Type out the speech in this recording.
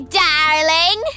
darling